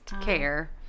Care